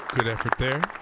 good effort there.